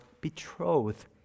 betrothed